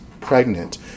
pregnant